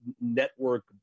network